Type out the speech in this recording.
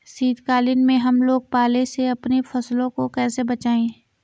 शीतकालीन में हम लोग पाले से अपनी फसलों को कैसे बचाएं?